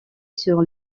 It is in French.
sur